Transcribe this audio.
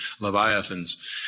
Leviathans